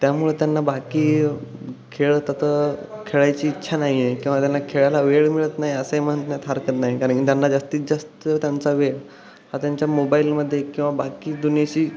त्यामुळं त्यांना बाकी खेळ तर खेळायची इच्छा नाही आहे किंवा त्यांना खेळायला वेळ मिळत नाही असंही म्हणण्यात हरकत नाही कारण की त्यांना जास्तीत जास्त त्यांचा वेळ हा त्यांच्या मोबाईलमध्ये किंवा बाकी दुनियेशी